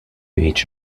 each